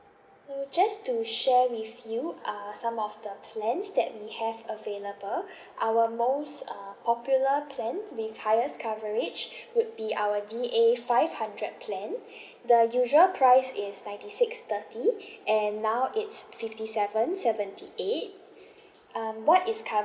so just to share with you uh some of the plans that we have available our most uh popular plan with highest coverage would be our D A five hundred plan the usual price is ninety six thirty and now it's fifty seven seventy eight um what is covered